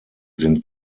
sind